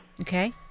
okay